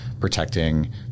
protecting